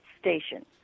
station